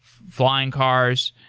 flying cars.